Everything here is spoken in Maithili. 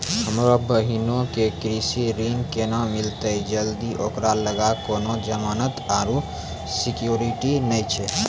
हमरो बहिनो के कृषि ऋण केना मिलतै जदि ओकरा लगां कोनो जमानत आरु सिक्योरिटी नै छै?